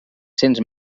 cents